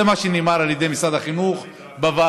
זה מה שנאמר על ידי משרד החינוך בוועדה.